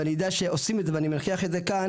ואני יודע שעושים את זה ואני מנכיח את זה כאן